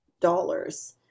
dollars